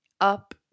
up